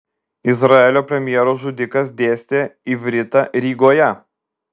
izraelio premjero žudikas dėstė ivritą rygoje